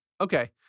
Okay